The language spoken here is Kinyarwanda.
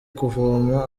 kuvoma